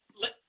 let